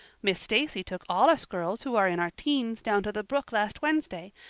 miss stacy took all us girls who are in our teens down to the brook last wednesday,